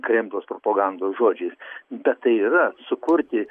kremliaus propagandos žodžiais bet tai yra sukurti